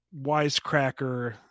wisecracker